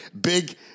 big